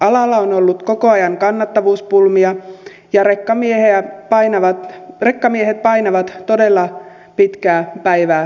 alalla on ollut koko ajan kannattavuuspulmia ja rekkamiehet painavat todella pitkää päivää jo nyt